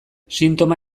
sintoma